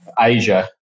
Asia